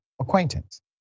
acquaintance